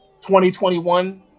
2021